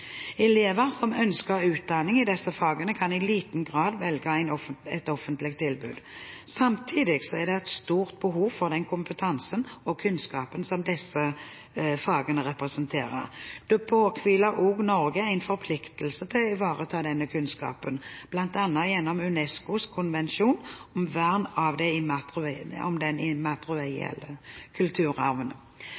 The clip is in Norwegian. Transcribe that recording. Elever som ønsker utdanning i disse fagene, kan i liten grad velge et offentlig tilbud. Samtidig er det et stort behov for den kompetansen og kunnskapen som disse fagene representerer. Det påhviler også Norge en forpliktelse til å ivareta denne kunnskapen, bl.a. gjennom UNESCOs konvensjon om vern av den immaterielle kulturarven.